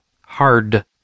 hard